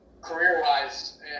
career-wise